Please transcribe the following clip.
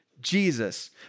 Jesus